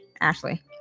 ashley